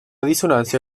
dissonància